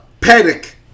Panic